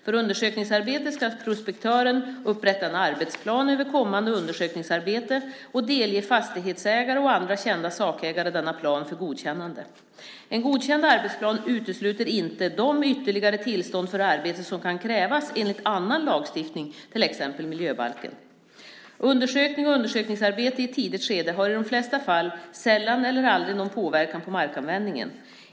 För undersökningsarbete ska prospektören upprätta en arbetsplan över kommande undersökningsarbete och delge fastighetsägare och andra kända sakägare denna plan för godkännande. En godkänd arbetsplan utesluter inte de ytterligare tillstånd för arbetet som kan krävas enligt annan lagstiftning, till exempel miljöbalken. Undersökning och undersökningsarbete i ett tidigt skede har i de flesta fall sällan eller aldrig någon påverkan på markanvändningen.